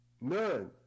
None